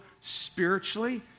spiritually